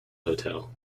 hotel